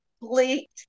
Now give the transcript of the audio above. complete